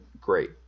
great